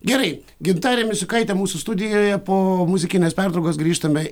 gerai gintarė misiukaitė mūsų studijoje po muzikinės pertraukos grįžtame